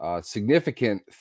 Significant